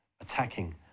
attacking